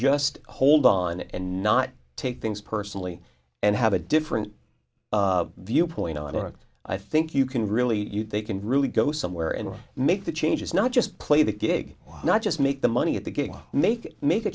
just hold on and not take things personally and have a different viewpoint on it i think you can really they can really go somewhere and make the changes not just play the gig why not just make the money at the gig make make a